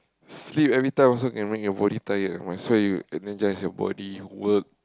sleep everytime also can make your body tired might as well you energise your body work